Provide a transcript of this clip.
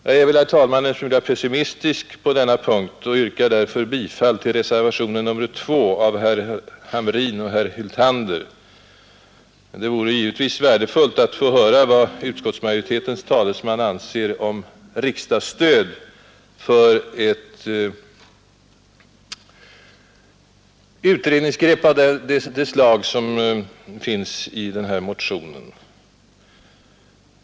Jag är väl, herr talman, en smula pessimistisk på denna punkt och yrkar därför bifall till reservationen 2 av herrar Hamrin och Hyltander. Men det vore givetvis värdefullt att höra vad utskottsmajoritetens talesman anser om riksdagsstöd för ett utredningsgrepp av det slag som redovisats i ifrågavarande motion.